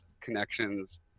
connections